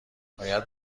باید